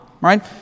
right